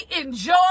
enjoy